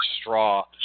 straw